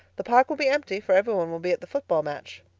the park will be empty, for every one will be at the football match.